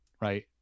right